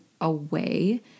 away